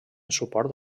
suport